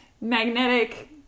magnetic